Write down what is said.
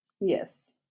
yes